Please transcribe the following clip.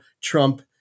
Trump